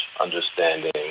understanding